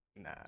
Nah